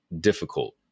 difficult